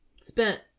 spent